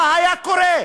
מה היה קורה?